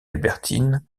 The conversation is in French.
albertine